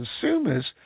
consumers